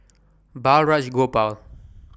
Balraj Gopal